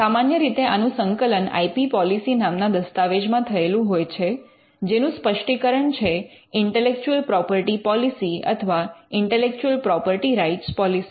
સામાન્ય રીતે આનું સંકલન આઇ પી પૉલીસી નામ ના દસ્તાવેજ માં થયેલું હોય છે જેનું સ્પષ્ટીકરણ છે ઇન્ટેલેક્ચુઅલ પ્રોપર્ટી પૉલીસી અથવા ઇન્ટેલેક્ચુઅલ પ્રોપર્ટી રાઇટ્સ પૉલીસી